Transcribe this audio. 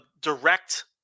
direct